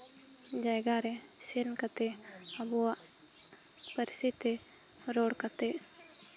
ᱡᱟᱭᱜᱟ ᱨᱮ ᱥᱮᱱ ᱠᱟᱛᱮ ᱟᱵᱚᱣᱟᱜ ᱯᱟᱹᱨᱥᱤ ᱛᱮ ᱨᱚᱲ ᱠᱟᱛᱮ